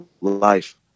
life